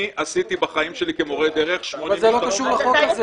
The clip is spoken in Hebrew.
אני עשיתי בחיים שלי כמורה דרך 80 השתלמויות --- זה לא קשור לחוק הזה.